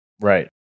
Right